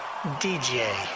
DJ